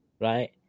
right